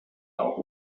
auch